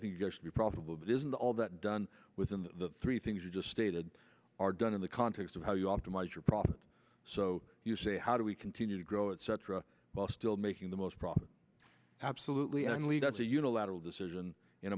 think there should be profitable but isn't all that done within the three things you just stated are done in the context of how you optimize your profit so you say how do we continue to grow etc while still making the most profit absolutely and leave us a unilateral decision in